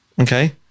Okay